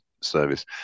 Service